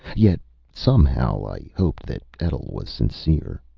yet somehow i hoped that etl was sincere.